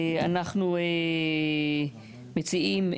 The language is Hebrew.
אנחנו מציעים,